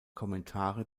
kommentare